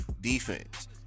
defense